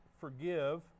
forgive